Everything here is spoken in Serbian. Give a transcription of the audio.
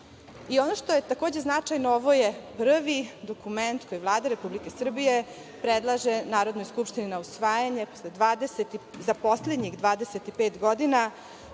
što je takođe značajno, ovo je prvi dokument koji Vlada Republike Srbije predlaže Narodnoj skupštini na usvajanje za poslednjih 25 godina